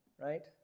right